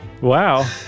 Wow